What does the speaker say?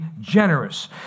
generous